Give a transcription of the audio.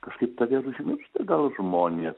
kažkaip tave ir užmiršta gal žmonės